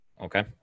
Okay